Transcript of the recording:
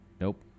Nope